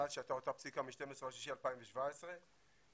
מאז שהייתה אותה פסיקה ב-12.6.2017 נקלט